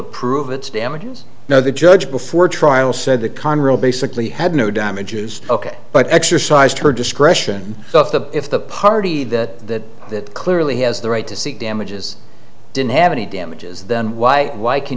to prove its damages now the judge before trial said the conrail basically had no damages ok but exercised her discretion the if the party that that clearly has the right to seek damages didn't have any damages then why why can